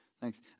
Thanks